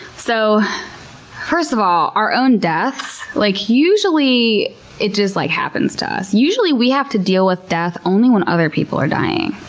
so first of all, our own deaths, like usually it just, like, happens to us. usually we have to deal with death only when other people are dying.